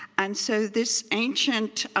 and so this ancient